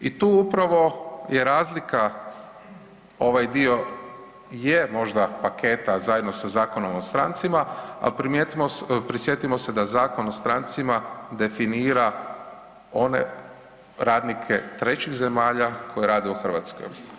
I tu upravo je razlika, ovaj dio je možda paketa zajedno sa Zakonom sa strancima, a primijetimo, prisjetimo se da Zakon o strancima definira one radnike trećih zemalja koji rade u Hrvatskoj.